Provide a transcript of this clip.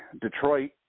Detroit